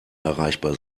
erreichbar